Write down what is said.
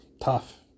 Tough